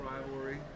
rivalry